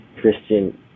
Christian